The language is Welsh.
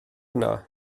yno